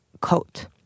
coat